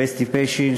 ולאסתי פשין,